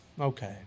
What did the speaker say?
okay